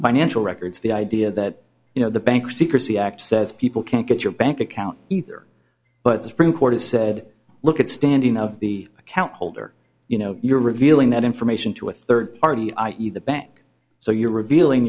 financial records the idea that you know the bank secrecy act says people can't get your bank account either but the supreme court has said look at standing of the account holder you know you're revealing that information to a third party i e the bank so you're revealing